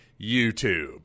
YouTube